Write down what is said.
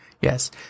Yes